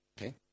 Okay